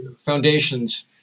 Foundations